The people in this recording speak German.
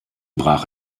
brach